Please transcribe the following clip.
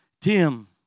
Tim